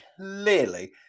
clearly